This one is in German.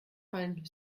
fallen